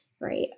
right